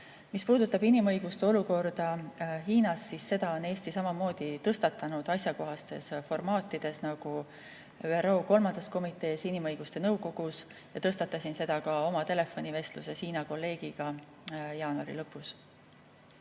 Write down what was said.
Mis puudutab inimõiguste olukorda Hiinas, siis seda on Eesti samamoodi tõstatanud asjakohastes formaatides, nagu ÜRO 3. komitees, inimõiguste nõukogus ja tõstatasin seda ka oma telefonivestluses Hiina kolleegiga jaanuari lõpus.